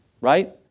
Right